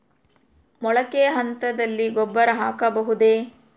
ಮೊಳಕೆ ಹಂತದಲ್ಲಿ ಗೊಬ್ಬರ ಹಾಕಬಹುದೇ?